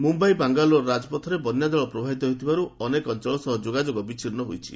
ମୁମ୍ଭାଇ ବାଙ୍ଗାଲୋର ରାଜପଥରେ ବନ୍ୟାଜଳ ପ୍ରବାହିତ ହେଉଥିବାରୁ ଅନେକ ଅଞ୍ଚଳ ସହ ଯୋଗାଯୋଗ ବିଚ୍ଛିନ୍ନ ହୋଇଛି